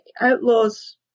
outlaws